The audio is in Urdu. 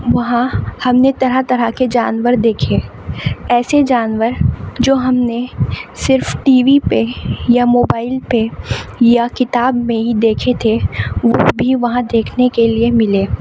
وہاں ہم نے طرح طرح کے جانور دیکھے ایسے جانور جو ہم نے صرف ٹی وی پہ یا موبائل پہ یا کتاب میں ہی دیکھے تھے وہ بھی وہاں دیکھنے کے لیے ملے